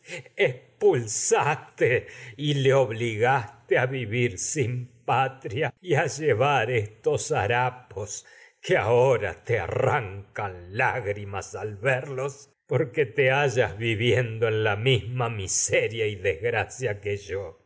expulsaste y le obligaste a vivir sin patria edipo en colono y a mas llevar al estos harapos que ahora te te arrancan lágri verlos porque hallas viviendo en la misma miseria y desgracia que yo